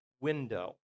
window